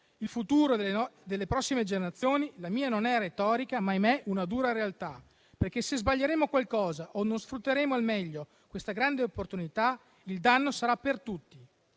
il futuro delle prossime generazioni. La mia non è retorica ma - ahimè - una dura realtà, perché se sbaglieremo qualcosa o non sfrutteremo al meglio questa grande opportunità, il danno sarà per tutti.